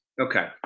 Okay